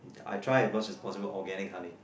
I tried as much as possible organic honey